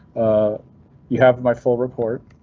ah you have my full report,